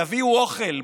יביאו אוכל,